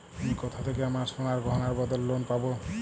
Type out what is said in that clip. আমি কোথা থেকে আমার সোনার গয়নার বদলে লোন পাবো?